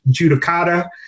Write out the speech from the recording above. Judicata